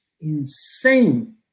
insane